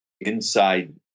inside